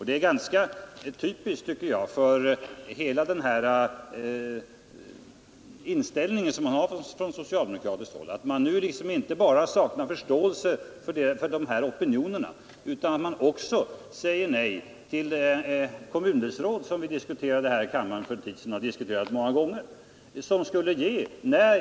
Det är typiskt, tycker jag, för hela inställningen från socialdemokratiskt håll att man där inte bara saknar förståelse för opinionerna utan att man också säger nej till kommundelsråden, som vi har diskuterat här i kammaren för en tid sedan, och som vi för övrigt har diskuterat många gånger.